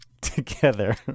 together